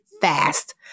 fast